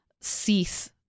cease